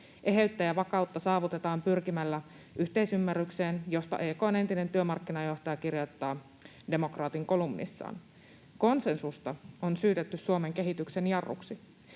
Eheyttä ja vakautta saavutetaan pyrkimällä yhteisymmärrykseen. EK:n entinen työmarkkinajohtaja kirjoittaa Demokraatin kolumnissaan, että konsensusta on syytetty Suomen kehityksen jarruksi.